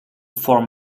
form